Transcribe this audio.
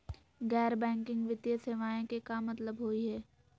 गैर बैंकिंग वित्तीय सेवाएं के का मतलब होई हे?